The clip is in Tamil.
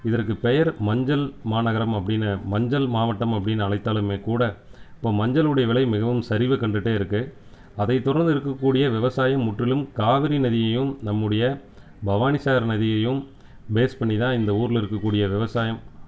இதற்கு பெயர் மஞ்சள் மாநகரம் அப்படின்னு மஞ்சள் மாவட்டம் அப்படின்னு அழைத்தாலுமே கூட இப்போ மஞ்சள் உடைய விலை மிகவும் சரிவை கண்டுட்டே இருக்குது அதைத் தொடர்ந்து இருக்கக்கூடிய விவசாயம் முற்றிலும் காவிரி நதியையும் நம்முடைய பவானி சாகர் நதியையும் பேஸ் பண்ணிதான் இந்த ஊரில் இருக்கக்கூடிய விவசாயம்